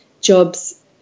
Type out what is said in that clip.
jobs